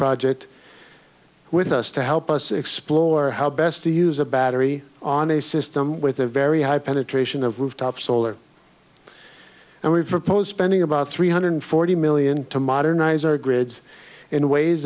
project with us to help us explore how best to use a battery on a system with a very high penetration of rooftop solar and we've proposed spending about three hundred forty million to modernize our grids in ways